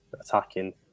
attacking